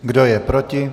Kdo je proti?